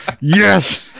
Yes